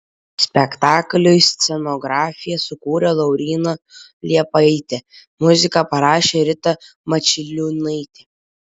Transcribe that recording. spektakliui scenografiją sukūrė lauryna liepaitė muziką parašė rita mačiliūnaitė